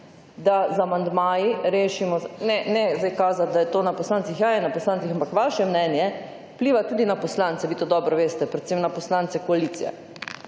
da z amandmaji rešimo, ne zdaj kazati, da je to na poslancih, ja, je na poslancih, ampak vaše mnenje vpliva tudi na poslance, vi to dobro veste, predvsem na poslance koalicije.